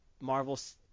Marvel's